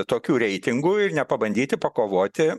tokių reitingų ir nepabandyti pakovoti